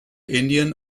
indian